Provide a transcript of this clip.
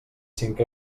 cinc